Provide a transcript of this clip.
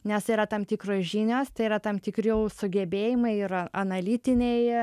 nes yra tam tikros žinios tai yra tam tikri sugebėjimai yra analitinėj